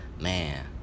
man